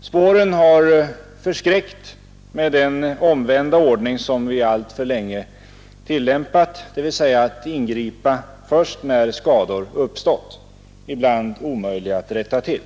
Spåren har förskräckt med den omvända ordning som vi alltför länge tillämpat, dvs. att ingripa när skador uppstått, ibland omöjliga att rätta till.